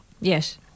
Yes